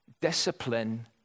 discipline